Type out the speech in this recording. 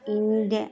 India